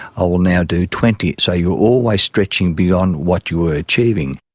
ah will now do twenty. so you are always stretching beyond what you were achieving.